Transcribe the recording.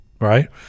right